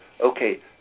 okay